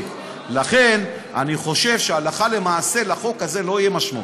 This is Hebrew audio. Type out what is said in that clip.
אני שמח מאוד